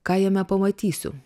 ką jame pamatysiu